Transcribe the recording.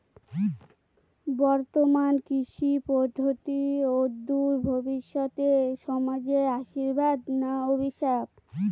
বর্তমান কৃষি পদ্ধতি অদূর ভবিষ্যতে সমাজে আশীর্বাদ না অভিশাপ?